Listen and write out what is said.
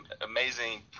amazing